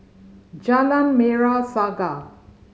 Jalan Merah Saga